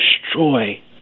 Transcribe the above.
destroy